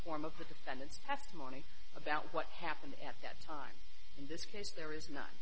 form of the defendant's testimony about what happened at that time in this case there is not